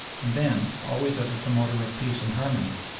and then always as a promoter of peace and harmony.